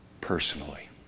personally